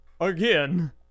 again